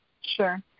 Sure